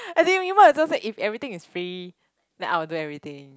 as in you mean what so it's like if everything is free then I will do everything